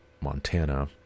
Montana